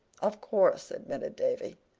of course, admitted davy,